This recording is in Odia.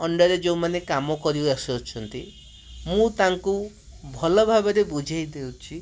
ଅଣ୍ଡର୍ରେ ଯେଉଁମାନେ କାମ କରି ଆସୁ ଅଛନ୍ତି ମୁଁ ତାଙ୍କୁ ଭଲ ଭାବରେ ବୁଝାଇ ଦେଉଛି